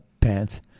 pants